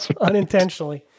unintentionally